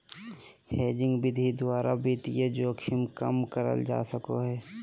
hedging विधि द्वारा वित्तीय जोखिम कम करल जा सको हय